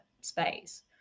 space